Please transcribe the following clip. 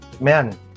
man